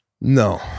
No